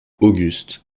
auguste